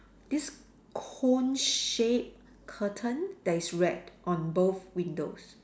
this cone shaped curtain that is red on both windows